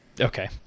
Okay